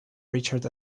richard